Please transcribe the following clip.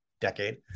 decade